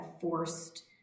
forced